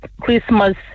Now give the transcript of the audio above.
Christmas